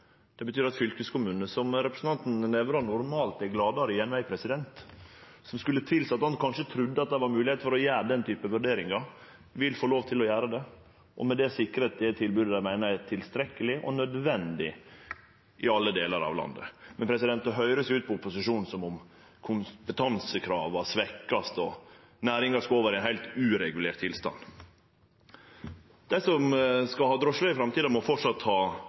Det betyr at fylkeskommunane – som representanten Nævra normalt er meir glad i enn eg, som skulle tilseie at han kanskje trudde at det var mogleg å gjere den typen vurderingar – vil få lov til å gjere det og med det sikre det tilbodet dei meiner er tilstrekkeleg og nødvendig, i alle delar av landet. Men det høyrest på opposisjonen ut som om kompetansekrava vert svekte, og at næringa skal over i ein heilt uregulert tilstand. Dei som skal ha drosjeløyve i framtida, må framleis ha